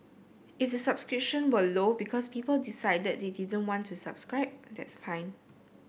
if the subscription were low because people decided they didn't want to subscribe that's fine